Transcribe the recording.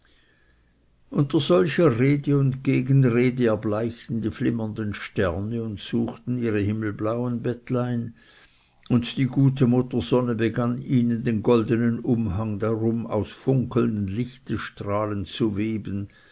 unter solcher rede und gegenrede erbleichten die flimmernden sterne und suchten ihre himmelblauen bettlein und die gute mutter sonne begann ihnen den goldenen umhang darum aus funkelnden lichtesstrahlen zu weben